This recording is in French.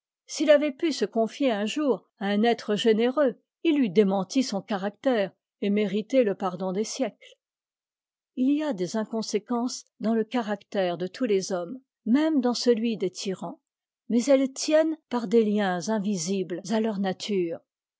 s'it avait pu se confier un jour à un être généreux il eût démenti son caractère et mérité le pardon des siècles it y a'des inconséquences dans le caractère de tous les hommes même dans celui des tyrans mais elles tiennent par des liens invisibles à leur nature